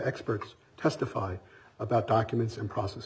experts testify about documents and process